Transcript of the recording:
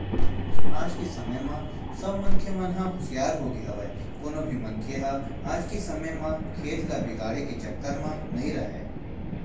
आज के समे म सब मनखे मन ह हुसियार होगे हवय कोनो भी मनखे ह आज के समे म खेत ल बिगाड़े के चक्कर म नइ राहय